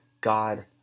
God